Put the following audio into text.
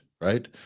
right